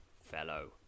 fellow